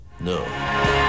No